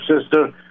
sister